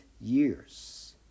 years